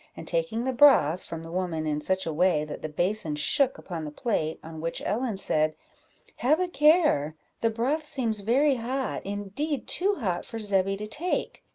and taking the broth from the woman in such a way that the basin shook upon the plate on which ellen said have a care, the broth seems very hot indeed, too hot for zebby to take.